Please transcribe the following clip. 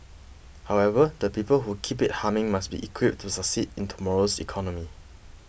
however the people who keep it humming must be equipped to succeed in tomorrow's economy